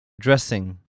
Dressing